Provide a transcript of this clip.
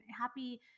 happy